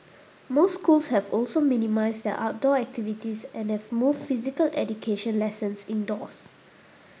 most schools have also minimised their outdoor activities and have moved physical education lessons indoors